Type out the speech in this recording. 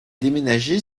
déménager